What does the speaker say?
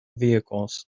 vehicles